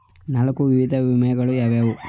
ನಾಲ್ಕು ವಿಧದ ವಿಮೆಗಳು ಯಾವುವು?